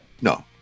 No